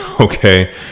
Okay